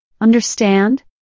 Understand